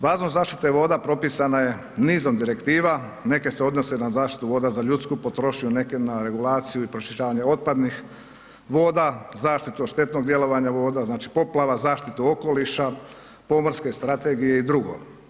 Važnost zaštite voda propisana je nizom direktiva, neke se odnose na zaštitu voda za ljudsku potrošnju, neke na regulaciju i proširavanje otpadnih voda, zaštitu od štetnog djelovanja voda, znači poplava, zaštitu okoliša, pomorske strategije i drugo.